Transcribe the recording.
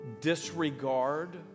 disregard